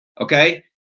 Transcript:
okay